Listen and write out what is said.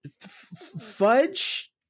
Fudge